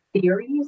theories